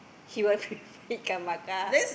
he want ikan bakar